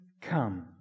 come